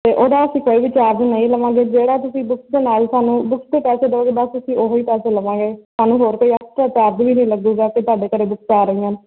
ਅਤੇ ਉਹਦਾ ਅਸੀਂ ਕੋਈ ਵੀ ਚਾਰਜ ਨਹੀਂ ਲਵਾਂਗੇ ਜਿਹੜਾ ਤੁਸੀਂ ਬੁੱਕਸ ਦੇ ਨਾਲ ਸਾਨੂੰ ਬੁੱਕਸ ਦੇ ਪੈਸੇ ਦਿਉਗੇ ਬਸ ਅਸੀਂ ਉਹੀ ਪੈਸੇ ਲਵਾਂਗੇ ਤੁਹਾਨੂੰ ਹੋਰ ਕੋਈ ਐਕਸਟਰਾ ਚਾਰਜ ਵੀ ਨਹੀਂ ਲੱਗੇਗਾ ਕਿ ਤੁਹਾਡੇ ਘਰ ਬੁਕਸ ਆ ਰਹੀਆਂ